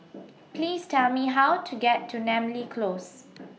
Please Tell Me How to get to Namly Close